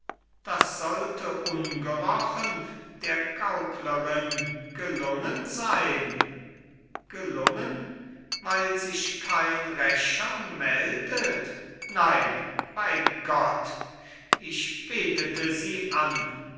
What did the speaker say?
das sollte ungerochen der gauklerin gelungen sein gelungen weil sich kein rächer meldet nein bei gott ich betete sie an